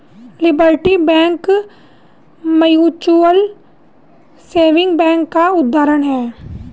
liberty bank mutual saving bank का उदाहरण है